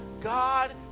God